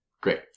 Great